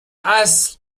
اصل